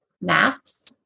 Maps